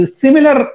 similar